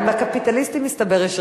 מסתבר שגם לקפיטליסטים יש רגש.